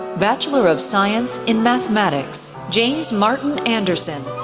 bachelor of science in mathematics. james martin anderson,